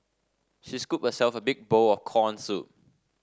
she scooped herself a big bowl of corn soup